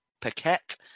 Paquette